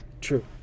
True